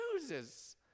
chooses